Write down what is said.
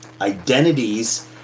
identities